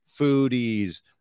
foodies